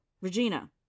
Regina